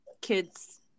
kids